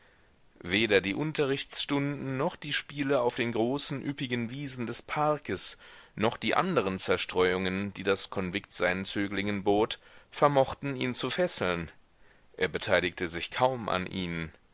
weder die unterrichtsstunden noch die spiele auf den großen üppigen wiesen des parkes noch die anderen zerstreuungen die das konvikt seinen zöglingen bot vermochten ihn zu fesseln er beteiligte sich kaum an ihnen